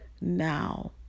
now